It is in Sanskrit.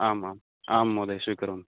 आम् आम् आं महोदय स्वीकरोमि